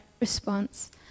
response